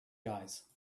guys